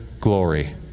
glory